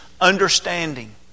understanding